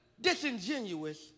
Disingenuous